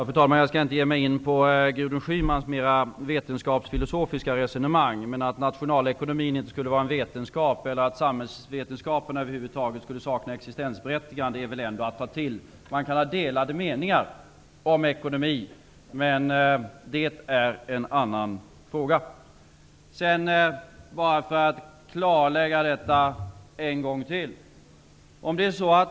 Fru talman! Jag skall inte ge mig in på Gudrun Schymans mera vetenskapsfilosofiska resonemang, men att nationalekonomin inte skulle vara en vetenskap eller att samhällsvetenskaperna över huvud taget skulle sakna existensberättigande är väl ändå att ta till väl mycket. Man kan ha olika meningar om ekonomi, men det är en annan fråga. Jag vill så bara en gång till göra ett klarläggande.